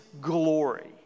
glory